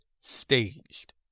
staged